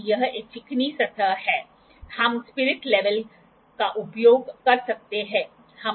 तो यह 42 degree 35 minute और 20 सेकंड है जिसे विभिन्न एंगलों के संयोजन से विकसित किया जा सकता है